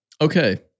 okay